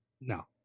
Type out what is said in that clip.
No